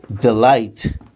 delight